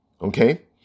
okay